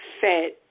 fed